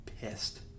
pissed